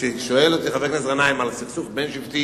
שואל אותי חבר הכנסת גנאים על סכסוך בין-שבטי